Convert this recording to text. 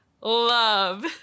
love